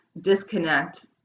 disconnect